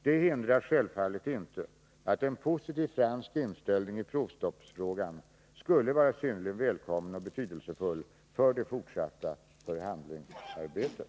Det hindrar självfallet inte att en positiv fransk inställning i provstoppsfrågan skulle vara synnerligen välkommen och betydelsefull för det fortsatta förhandlingsarbetet.